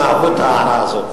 הם אהבו את ההערה הזאת.